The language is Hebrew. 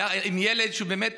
ילד שבאמת